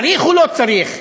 צריך או לא צריך?